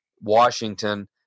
Washington